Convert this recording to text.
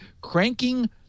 cranking